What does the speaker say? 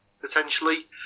potentially